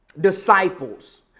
disciples